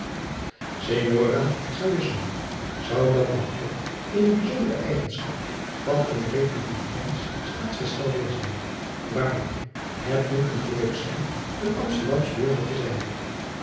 saluzzo zou dan dat ook eene bijzondere eigenschap van een republikeinsch staatsgestel wezen waarlijk het moet een geluk zijn een amsterdamsch burger te zijn